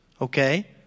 Okay